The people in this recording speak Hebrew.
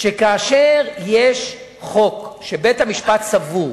שכאשר יש חוק שבית-המשפט סבור